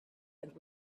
and